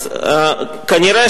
אז כנראה,